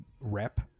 rep